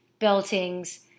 beltings